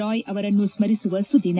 ರಾಯ್ ಅವರನ್ನು ಸ್ಥರಿಸುವ ಸುದಿನ